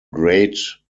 great